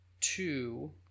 two